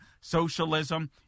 socialism